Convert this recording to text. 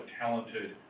talented